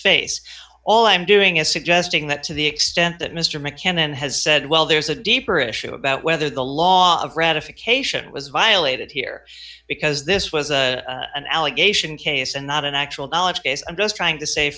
face all i'm doing is suggesting that to the extent that mr mccann then has said well there's a deeper issue about whether the law of ratification was violated here because this was an allegation case and not an actual knowledge i'm just trying to sa